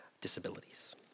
disabilities